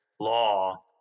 law